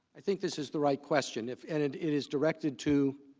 think this is the right question if and it it is directed to